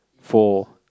for